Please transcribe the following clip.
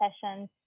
sessions